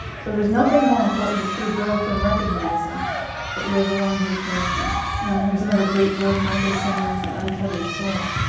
so there's nothing more important to true growth and recognizing that you're the one who's hearing that. and here's another great book by michael singer, the untethered soul.